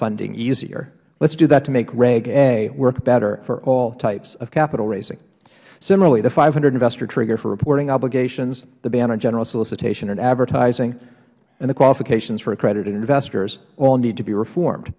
crowdfunding easier let's do that to make reg a work better for all types of capital raising similarly the five hundred investor trigger for reporting obligations the ban on general solicitation in advertising and the qualifications for accredited investors all need to be reformed